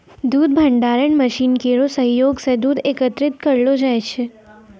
दूध भंडारण मसीन केरो सहयोग सें दूध एकत्रित करलो जाय छै